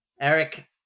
eric